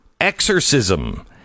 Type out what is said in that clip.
Exorcism